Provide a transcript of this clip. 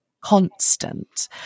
constant